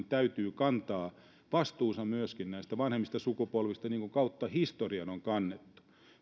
täytyy kantaa vastuunsa myöskin näistä vanhemmista sukupolvista niin kuin kautta historian on kannettu